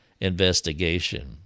investigation